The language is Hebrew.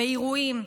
באירועים,